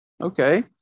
Okay